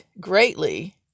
greatly